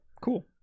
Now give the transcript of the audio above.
Cool